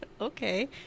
Okay